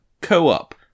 co-op